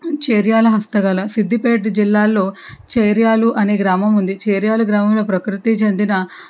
చేర్యాల హస్తకళ సిద్ధిపేట జిల్లాలో చేర్యాలు అనే గ్రామం ఉంది చేర్యాలు గ్రామంలో ప్రకృతికి చెందిన